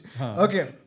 Okay